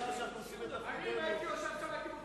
אם אני הייתי ראש הממשלה, הייתי מוציא